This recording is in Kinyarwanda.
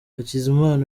hakizimana